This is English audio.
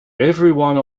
everyone